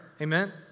Amen